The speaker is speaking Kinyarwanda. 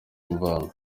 imvano